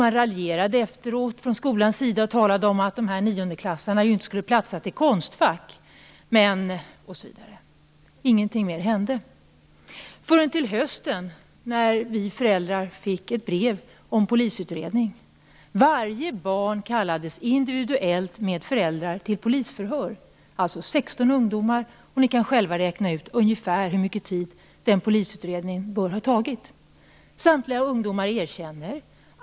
Man raljerade efteråt från skolans sida och talade om att dessa niondeklasser inte precis skulle platsa i konstfack, men ingenting mer hände - förrän till hösten när vi föräldrar fick ett brev om polisutredning. Varje barn kallades individuellt med föräldrar till polisförhör, alltså 16 ungdomar. Ni kan själva räkna ut ungefär hur mycket tid den polisutredningen bör ha tagit. Samtliga ungdomar erkände.